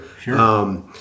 Sure